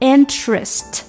Interest